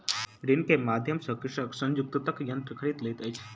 ऋण के माध्यम सॅ कृषक संयुक्तक यन्त्र खरीद लैत अछि